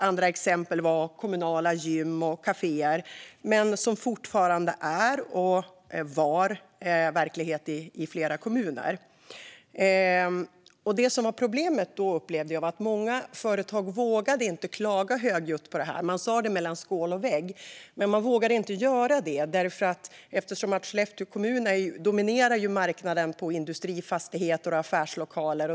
Andra exempel är kommunala gym och kaféer, som var och fortfarande är verklighet i flera kommuner. Problemet då, upplevde jag, var att många företag inte vågade klaga högljutt på det här. Man sa det mellan skål och vägg, men man vågade inte klaga eftersom Skellefteå kommun dominerade marknaden för industrifastigheter och affärslokaler.